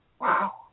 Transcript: wow